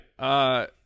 right